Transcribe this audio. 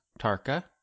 Tarka